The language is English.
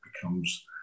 becomes